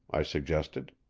i suggested.